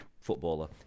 footballer